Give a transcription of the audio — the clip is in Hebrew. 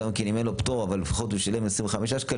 גם אם אין לו פטור והוא משלם 25 שקלים,